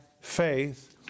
faith